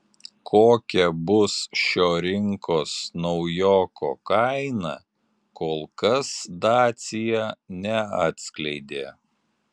kokia bus šio rinkos naujoko kaina kol kas dacia neatskleidė